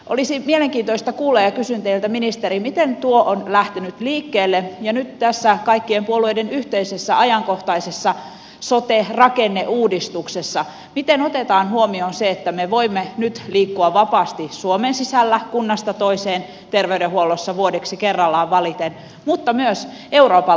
olisi mielenkiintoista kuulla ja kysyn teiltä ministeri miten tuo on lähtenyt liikkeelle ja miten nyt tässä kaikkien puolueiden yhteisessä ajankohtaisessa sote rakenneuudistuksessa otetaan huomioon se että me voimme nyt liikkua vapaasti suomen sisällä kunnasta toiseen terveydenhuollossa vuodeksi kerrallaan valiten mutta myös euroopan laajuisesti